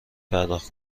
پرداخت